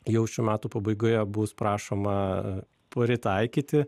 jau šių metų pabaigoje bus prašoma pritaikyti